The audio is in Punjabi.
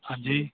ਹਾਂਜੀ